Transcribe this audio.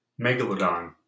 Megalodon